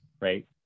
right